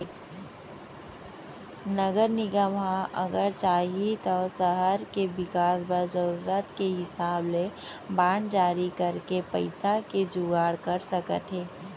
नगर निगम ह अगर चाही तौ सहर के बिकास बर जरूरत के हिसाब ले बांड जारी करके पइसा के जुगाड़ कर सकत हे